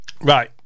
Right